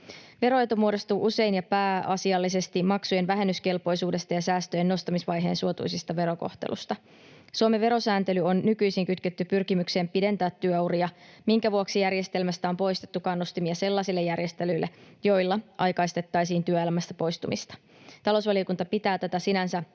Veroetu muodostuu usein ja pääasiallisesti maksujen vähennyskelpoisuudesta ja säästöjen nostamisvaiheen suotuisasta verokohtelusta. Suomen verosääntely on nykyisin kytketty pyrkimykseen pidentää työuria, minkä vuoksi järjestelmästä on poistettu kannustimia sellaisille järjestelyille, joilla aikaistettaisiin työelämästä poistumista. Talousvaliokunta pitää tätä sinänsä